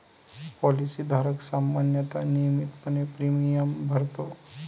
policy धारक सामान्यतः नियमितपणे प्रीमियम भरतो